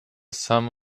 some